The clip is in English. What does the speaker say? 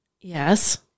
Yes